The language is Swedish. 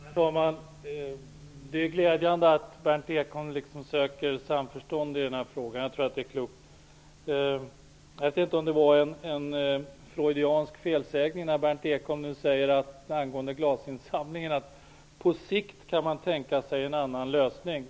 Herr talman! Det är glädjande att Berndt Ekholm liksom söker samförstånd i denna fråga. Jag tror att det är klokt. Det kanske var en freudiansk felsägning, när Berndt Ekholm beträffande glasinsamlingen sade att man ''på sikt'' kan tänka sig en annan lösning.